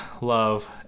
love